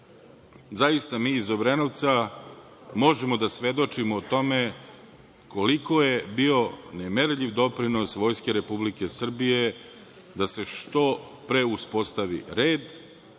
Zaista, mi iz Obrenovca, možemo da svedočimo tome koliko je bio nemerljiv doprinos Vojske Republike Srbije da se što pre uspostavi red,